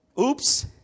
oops